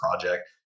project